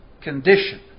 condition